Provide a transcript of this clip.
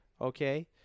okay